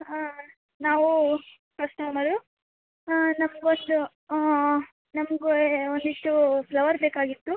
ಹಾಂ ನಾವು ಕಸ್ಟಮರು ನಮಗೊಂದು ನಮಗೆ ಒಂದಿಷ್ಟು ಫ್ಲವರ್ ಬೇಕಾಗಿತ್ತು